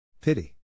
Pity